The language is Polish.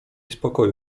spokoju